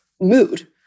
mood